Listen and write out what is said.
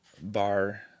bar